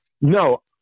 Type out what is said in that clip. No